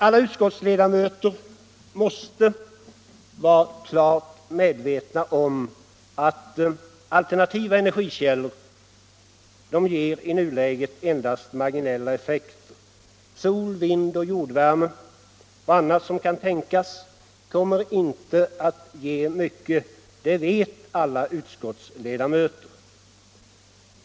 Alla utskottsledamöter måste vara klart medvetna om att alternativa energikällor i nuläget endast ger marginella effekter. Sol-, vindoch jordvärme och annat som kan tänkas kommer inte att ge mycket. Det vet alla utskottsledamöter.